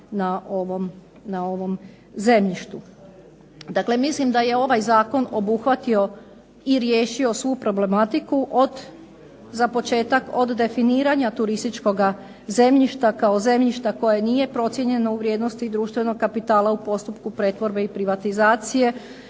na ovom zemljištu. Dakle, mislim da je ovaj zakon obuhvatio i riješio svu problematiku. Od, za početak, od definiranja turističkoga zemljišta kao zemljišta koje nije procijenjeno u vrijednosti društvenog kapitala u postupku pretvorbe i privatizacije,